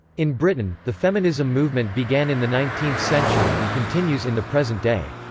in britain, the feminism movement began in the nineteenth century and continues in the present day.